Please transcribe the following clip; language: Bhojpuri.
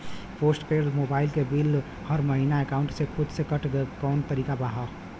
पोस्ट पेंड़ मोबाइल क बिल हर महिना एकाउंट से खुद से कटे क कौनो तरीका ह का?